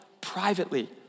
privately